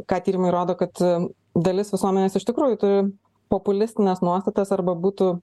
ką tyrimai rodo kad dalis visuomenės iš tikrųjų turi populistines nuostatas arba būtų